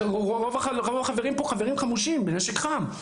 רוב החברים פה הם חברים חמושים בנשק חם.